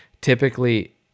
Typically